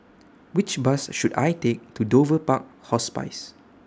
Which Bus should I Take to Dover Park Hospice